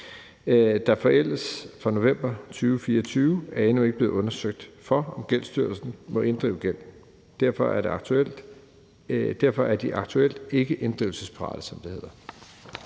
der forældes fra november 2024, er endnu ikke blevet undersøgt for, om Gældsstyrelsen må inddrive gælden. Derfor er de aktuelt ikkeinddrivelsesparate, som det hedder.